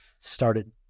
started